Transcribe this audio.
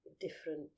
different